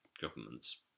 governments